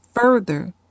further